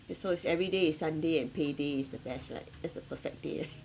so is every day is sunday and pay day is the best right that's the perfect day right